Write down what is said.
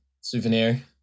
souvenir